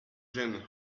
gêne